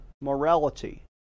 morality